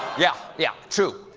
yeah, yeah, true.